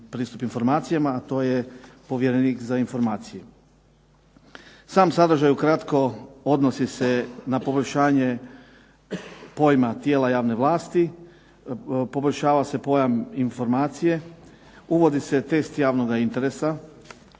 pristup informacijama, a to je povjerenik za informacije. Sam sadržaj ukratko odnosi se na poboljšanje pojma tijela javne vlasti, poboljšava se pojam informacije, uvodi se test javnoga interesa,